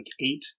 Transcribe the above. eight